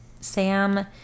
Sam